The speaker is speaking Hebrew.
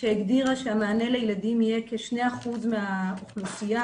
שהגדירה שהמענה לילדים יהיה כ-2% מהאוכלוסייה